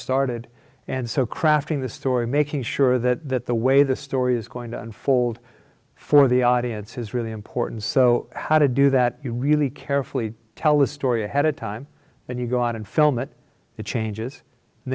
started and so crafting the story making sure that the way the story is going to unfold for the audience is really important so how to do that you really carefully tell the story ahead of time and you go on and film it it changes and